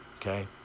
okay